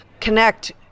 connect